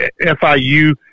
FIU